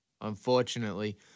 Unfortunately